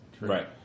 Right